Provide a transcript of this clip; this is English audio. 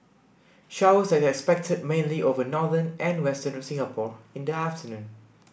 showers are expected mainly over northern and western Singapore in the afternoon